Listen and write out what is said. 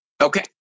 Okay